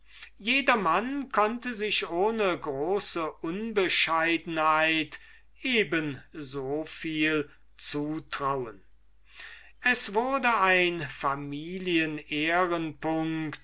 jedermann konnte sich ohne große unbescheidenheit eben so viel zutrauen es wurde ein